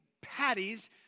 patties